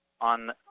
On